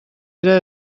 era